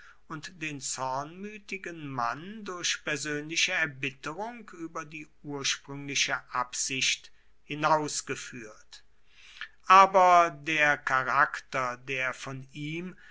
und den zornmütigen mann durch persönliche erbitterung über die ursprüngliche absicht hinausgeführt aber der charakter der von ihm